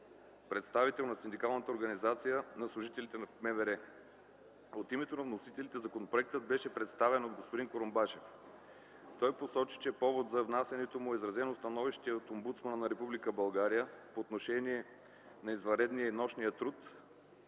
представител на синдикалната организация на служителите в МВР. От името на вносителите законопроектът бе представен от господин Курумбашев. Той посочи, че повод за внасянето му е изразено становище от омбудсмана на Република България по отношение на извънредния и нощния труд.